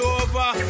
over